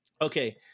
okay